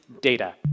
data